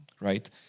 right